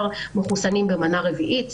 מחוסנים במנה רביעית.